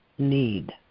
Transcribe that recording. need